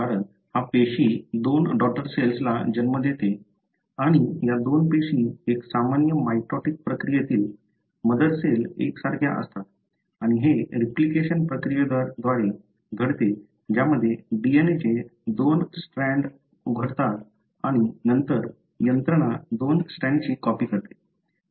कारण हा पेशी दोन डॉटर सेल्स ला जन्म देते आणि या दोन पेशी एक सामान्य माइटोटिक प्रक्रियेतील मदर सेल एकसारख्या असतात आणि हे रिप्लिकेशन प्रक्रियेद्वारे घडते ज्यामध्ये DNA चे दोन स्ट्रँड उघडतात आणि नंतर यंत्रणा दोन स्ट्रॅन्ड्सची कॉपी करते